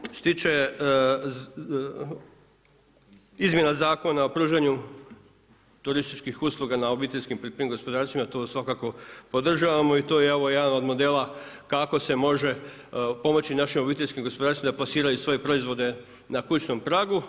Što se tiče izmjena Zakona o pružanju turističkih usluga na obiteljskim poljoprivrednim gospodarstvima to svakako podržavamo i to je evo jedan od modela kako se može pomoći našim obiteljskim gospodarstvima da plasiraju svoje proizvode na kućnom pragu.